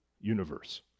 universe